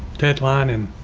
deadline and